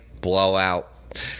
blowout